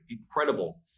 incredible